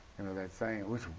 you know that saying, it was,